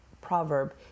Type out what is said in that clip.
proverb